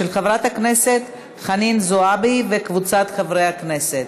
של חבר הכנסת אראל מרגלית וקבוצת חברי הכנסת,